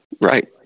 Right